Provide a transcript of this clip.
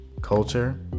culture